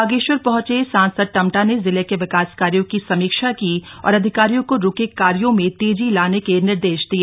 बागेश्वर पहंचे सांसद टम्टा ने जिले के विकास कार्यों की समीक्षा की और अधिकारियों को रुके कार्यो में तेजी लाने के निर्देश दिए